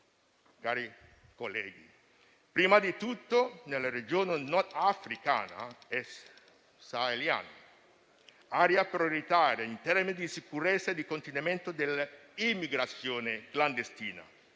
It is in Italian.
cari colleghi, prima di tutto nella regione nord-africana e saheliana, un'area prioritaria in termini di sicurezza e di contenimento dell'immigrazione clandestina.